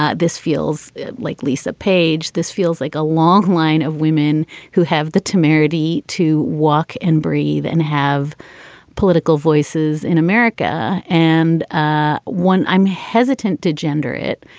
ah this feels like lisa page. this feels like a long line of women who have the temerity to walk and breathe and have political voices in america. and ah one, i'm hesitant to gender it.